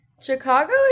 Chicago